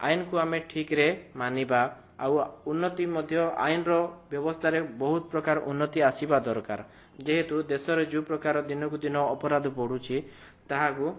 ଆଇନକୁ ଆମେ ଠିକରେ ମାନିବା ଆଉ ଉନ୍ନତି ମଧ୍ୟ ଆଇନର ବ୍ୟବସ୍ଥାରେ ବହୁତପ୍ରକାର ଉନ୍ନତି ଆସିବା ଦରକାର ଯେହେତୁ ଦେଶରେ ଯେଉଁ ପ୍ରକାର ଦିନକୁ ଦିନ ଅପରାଧ ବଢ଼ୁଛି ତାହାକୁ